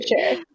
sure